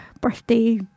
birthday